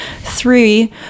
Three